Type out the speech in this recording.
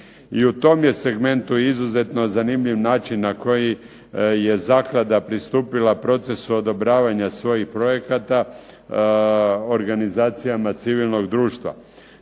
I u tom je segmentu izuzetno zanimljiv način na koji je zaklada pristupila procesu odobravanja svojih projekata, organizacijama civilnog društva.